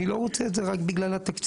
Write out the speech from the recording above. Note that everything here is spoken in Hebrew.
אני לא רוצה את זה רק בגלל התקציב.